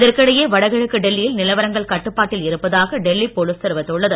இதற்கிடையே வடகிழக்கு டெல்லியில் நிலவரங்கள் கட்டுப்பாட்டில் இருப்பதாக டெல்லி போலீஸ் தெரிவித்துள்ளது